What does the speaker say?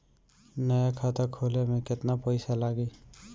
नया खाता खोले मे केतना पईसा लागि?